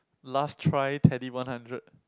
last try Teddy one hundred